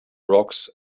rocks